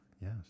Yes